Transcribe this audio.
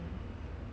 who have 球